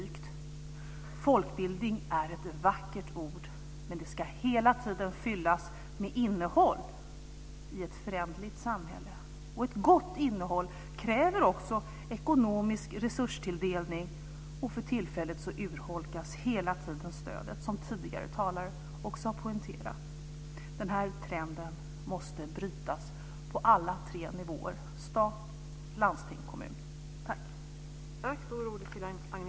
Folkbildning är ett vackert ord, men det ska hela tiden fyllas med innehåll i ett föränderligt samhälle. Ett gott innehåll kräver ekonomisk resurstilldelning. För tillfället urholkas hela tiden stödet, som tidigare talare också har poängterat. Den här trenden måste brytas på alla de tre nivåerna: stat, landsting och kommun.